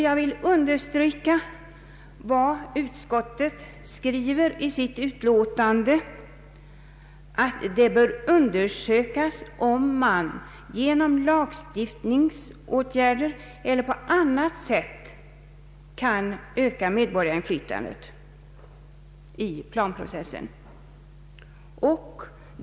Jag vill understryka vad utskottet skriver i sitt utlåtande, nämligen att ”det bör undersökas om man genom lagstiftning eller på annat sätt kan öka medborgarinflytandet i planprocessen.